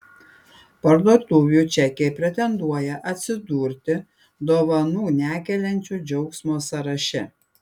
parduotuvių čekiai pretenduoja atsidurti dovanų nekeliančių džiaugsmo sąraše